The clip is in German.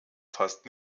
fast